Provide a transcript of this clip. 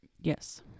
Yes